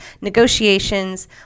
negotiations